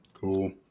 cool